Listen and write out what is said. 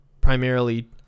primarily